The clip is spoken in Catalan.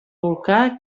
volcà